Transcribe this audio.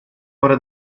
ore